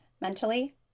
mentally